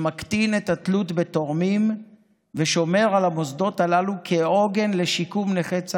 שמקטין את התלות בתורמים ושומר על המוסדות הללו כעוגן לשיקום נכי צה"ל.